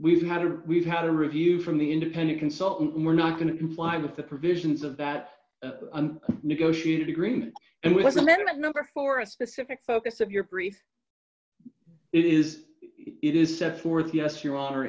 we've had a we've had a review from the independent consultant we're not going to comply with the provisions of that negotiated agreement and was a member for a specific focus of your brief it is it is set forth yes your honor